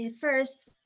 first